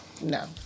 no